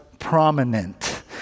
prominent